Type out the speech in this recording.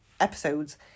episodes